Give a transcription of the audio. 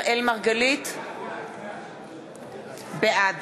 בעד